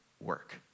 work